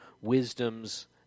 wisdom's